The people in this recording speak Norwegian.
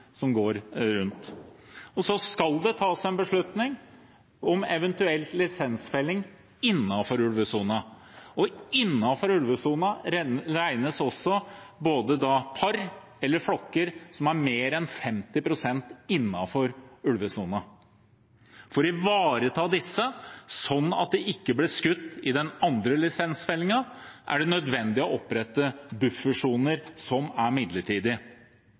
som går rundt. Så skal det tas en beslutning om eventuell lisensfelling innenfor ulvesonen, og innenfor ulvesonen regnes da også både par og flokker som er mer enn 50 pst. innenfor ulvesonen. For å ivareta disse slik at de ikke blir skutt i den andre lisensfellingen, er det nødvendig å opprette buffersoner som er